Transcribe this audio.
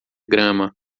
grama